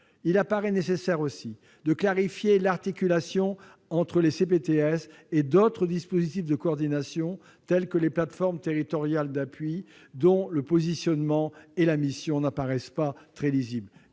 Il paraît aussi nécessaire de clarifier l'articulation entre les CPTS et d'autres dispositifs de coordination, tels que les plateformes territoriales d'appui, dont le positionnement et la mission ne semblent pas très lisibles.